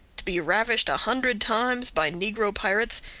to be ravished a hundred times by negro pirates,